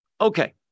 Okay